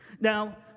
Now